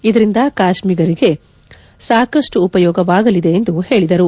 ಇದರಿಂದ ಕಾಶ್ಮೀರಿಗರಿಗೆ ಸಾಕಷ್ಟು ಉಪಯೋಗವಾಗಲಿದೆ ಎಂದು ಹೇಳಿದರು